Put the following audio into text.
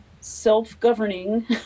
self-governing